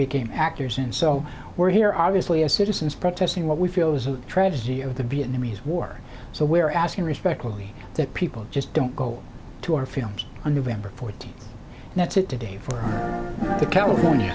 became actors and so we're here obviously as citizens protesting what we feel is a tragedy of the vietnamese war so we're asking respectfully that people just don't go to our films on november fourteenth and that's it today for the california